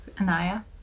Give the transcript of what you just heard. Anaya